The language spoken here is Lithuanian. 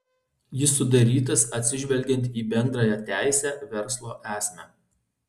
jis sudarytas atsižvelgiant į bendrąją teisę verslo esmę